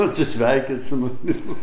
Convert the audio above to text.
atsisveikint su manim